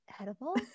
edible